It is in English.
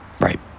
Right